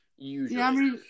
Usually